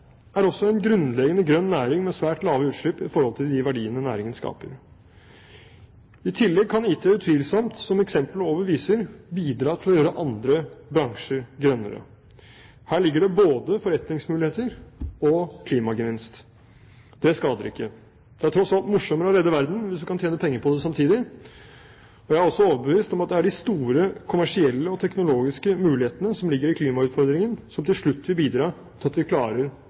er også en grunnleggende grønn næring med svært lave utslipp i forhold til de verdiene næringen skaper. I tillegg kan IT utvilsomt, som eksempelet over viser, bidra til å gjøre andre bransjer grønnere. Her ligger det både forretningsmuligheter og klimagevinst. Det skader ikke. Det er tross alt morsommere å redde verden hvis du kan tjene penger på det samtidig. Jeg er også overbevist om at det er de store kommersielle og teknologiske mulighetene som ligger i klimautfordringen, som til slutt vil bidra til at vi klarer